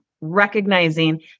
recognizing